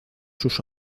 sus